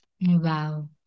Wow